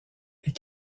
est